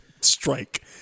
strike